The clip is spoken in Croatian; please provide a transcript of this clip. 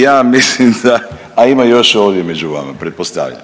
ja mislim da, a ima još ovdje među vama, pretpostavljam.